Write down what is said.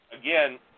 Again